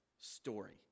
story